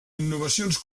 innovacions